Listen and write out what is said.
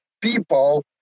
people